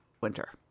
winter